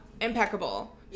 impeccable